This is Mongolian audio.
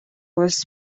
улс